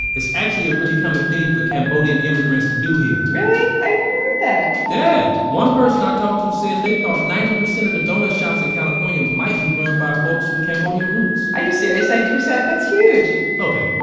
it's actually a really common thing for cambodian immigrants to do here really? i'd never heard that yeah! one person i talked to said, they thought ninety percent of the doughnut shops in california might be run by folks with cambodian roots are you serious, ninety percent? that's huge okay.